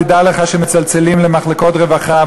תדע לך שמצלצלים למחלקות רווחה,